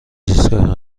ایستگاه